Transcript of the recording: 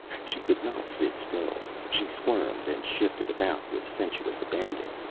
she could not sit still she squirmed and shifted about with sensuous abandon,